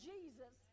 Jesus